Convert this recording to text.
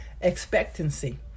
expectancy